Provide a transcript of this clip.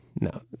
No